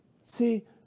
see